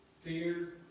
Fear